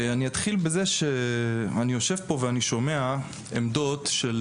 אני אתחיל מזה שאני יושב פה ואני שומע עמדות של